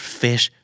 fish